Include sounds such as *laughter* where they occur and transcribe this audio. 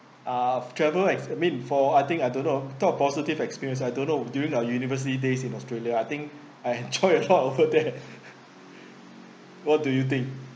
ah travel ex~ I mean before I think I don't know talk positive experience I don't know during our university days in australia I think I enjoy a lot over there *breath* what do you think